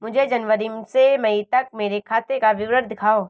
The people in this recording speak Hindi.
मुझे जनवरी से मई तक मेरे खाते का विवरण दिखाओ?